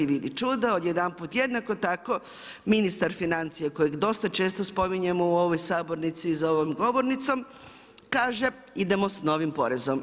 Vidi čudo, odjedanput, jednako tako ministar financija kojeg dosta često spominjem u ovoj sabornici i za ovom govornicom, kaže idemo s novim porezom.